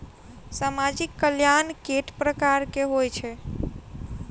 सामाजिक कल्याण केट प्रकार केँ होइ है?